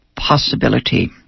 Possibility